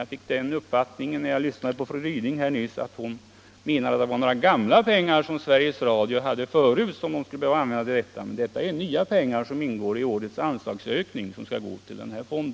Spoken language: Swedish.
Jag fick i varje fall den uppfattningen när jag lyssnade på fru Ryding att hon menade att det var pengar som Sveriges Radio hade förut som man skulle få använda. Detta är emellertid nya pengar som ingår i årets anslagsökning.